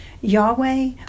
Yahweh